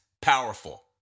powerful